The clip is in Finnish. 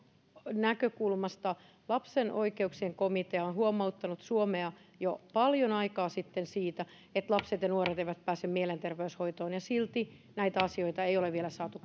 näkökulmasta lapsen oikeuksien komitea on on huomauttanut suomea jo paljon aikaa sitten siitä että lapset ja nuoret eivät pääse mielenterveyshoitoon ja silti näitä asioita ei ole vielä saatu